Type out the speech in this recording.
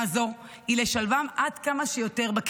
הזו היא לשלבם בקהילה עד כמה שיותר.